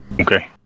Okay